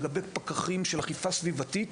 לגבי פקחים של אכיפה סביבתית